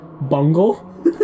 bungle